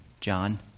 John